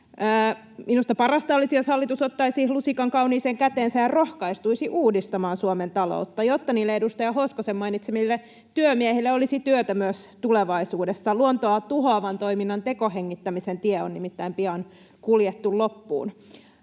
Minusta parasta olisi, jos hallitus ottaisi lusikan kauniiseen käteensä ja rohkaistuisi uudistamaan Suomen taloutta, jotta niille edustaja Hoskosen mainitsemille työmiehille olisi työtä myös tulevaisuudessa. Luontoa tuhoavan toiminnan tekohengittämisen tie on nimittäin pian kuljettu loppuun.